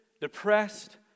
depressed